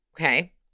okay